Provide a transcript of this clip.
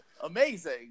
amazing